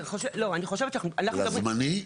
זה זמני?